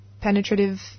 penetrative